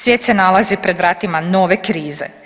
Svijet se nalazi pred vratima nove krize.